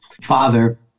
father